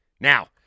Now